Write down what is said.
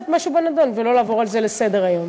משהו בנדון ולא לעבור על זה לסדר-היום.